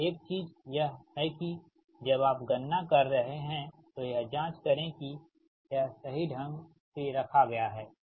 केवल एक चीज यह है कि जब आप गणना कर रहे हैं तो यह जांचें करें कि यह सही ढंग रखा गया है